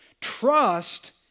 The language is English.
Trust